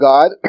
God